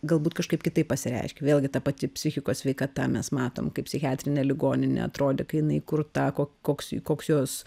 galbūt kažkaip kitaip pasireiškia vėlgi ta pati psichikos sveikata mes matom kaip psichiatrinė ligoninė atrodė kai jinai kurta kok koks koks jos